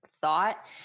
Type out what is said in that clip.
thought